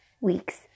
week's